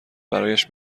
برایش